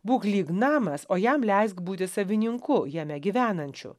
būk lyg namas o jam leisk būti savininku jame gyvenančių